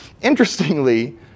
Interestingly